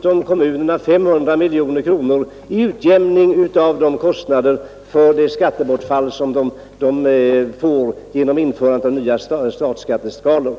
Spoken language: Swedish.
gav kommunerna 500 miljoner kronor till utjämning av det skattebortfall som de fick genom införandet av nya statsskatteskalor.